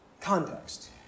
Context